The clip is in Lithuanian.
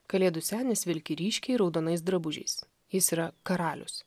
kalėdų senis vilki ryškiai raudonais drabužiais jis yra karalius